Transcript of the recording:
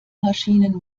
maschinen